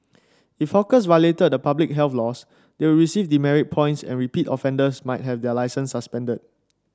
if hawkers violated public health laws they would receive demerit points and repeat offenders might have their licences suspended